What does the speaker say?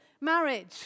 marriage